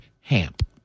Hamp